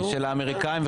של האמריקאים,